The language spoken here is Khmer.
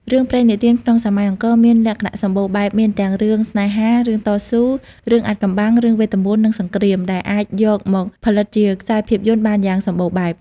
រឿងព្រេងនិទានក្នុងសម័យអង្គរមានលក្ខណៈសម្បូរបែប មានទាំងរឿងស្នេហា រឿងតស៊ូ រឿងអាថ៌កំបាំង រឿងវេទមន្ត និងសង្រ្គាម ដែលអាចយកមកផលិតជាខ្សែភាពយន្តបានយ៉ាងសម្បូរបែប។